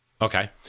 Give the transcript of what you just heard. Okay